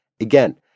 Again